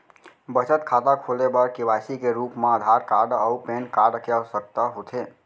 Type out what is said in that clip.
बचत खाता खोले बर के.वाइ.सी के रूप मा आधार कार्ड अऊ पैन कार्ड के आवसकता होथे